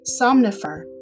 Somnifer